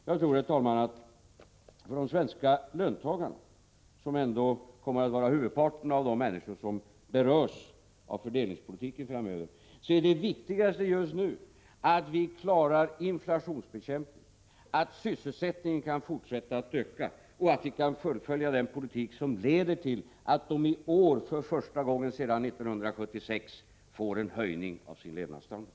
Jag tror, herr talman, att det för de svenska löntagarna — som ändå är de som kommer att utgöra huvudparten av dem som berörs av fördelningspolitiken framöver — just nu är viktigast att vi klarar inflationsbekämpningen, att sysselsättningen kan fortsätta att öka och att vi kan fullfölja den politik som leder till att de i år för första gången sedan 1976 får en höjning av sin levnadsstandard.